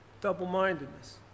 Double-mindedness